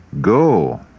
Go